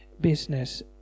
business